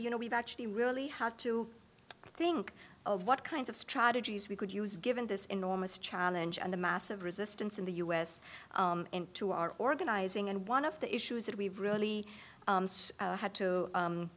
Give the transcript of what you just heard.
you know we've actually really had to think of what kinds of strategies we could use given this enormous challenge and the massive resistance in the us into our organizing and one of the issues that we really had to